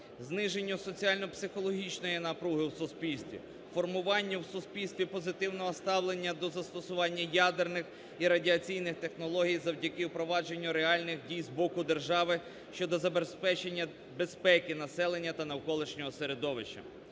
зниженню соціально-психологічної напруги у суспільстві, формуванню в суспільстві позитивного ставлення до застосування ядерних і радіаційних технологій завдяки впровадженню реальних дій з боку держави щодо забезпечення безпеки населення та навколишнього середовища.